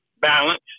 balance